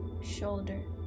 shoulder